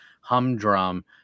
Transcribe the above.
humdrum